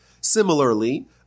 Similarly